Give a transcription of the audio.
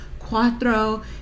Cuatro